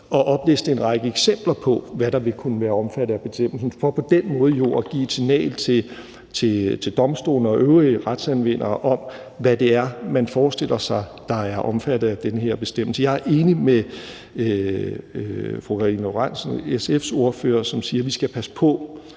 at opliste en række eksempler på, hvad der vil kunne være omfattet af bestemmelsen, for jo på den måde at give et signal til domstolene og øvrige retsanvendere om, hvad man forestiller sig er omfattet af den her bestemmelse. Jeg er enig med SF's ordfører fru Karina Lorentzen Dehnhardt, som siger, at vi skal passe på